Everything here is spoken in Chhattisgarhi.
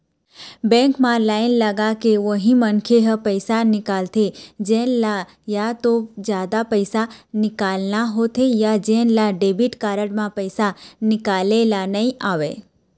बेंक म लाईन लगाके उही मनखे ह पइसा निकालथे जेन ल या तो जादा पइसा निकालना होथे या जेन ल डेबिट कारड म पइसा निकाले ल नइ आवय